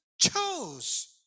chose